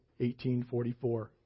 1844